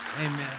Amen